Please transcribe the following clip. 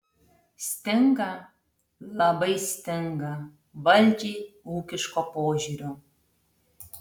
stinga labai stinga valdžiai ūkiško požiūrio